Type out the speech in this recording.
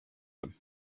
him